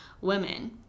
women